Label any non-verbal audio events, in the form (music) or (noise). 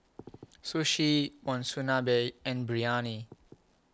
(noise) Sushi Monsunabe and Biryani